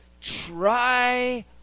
try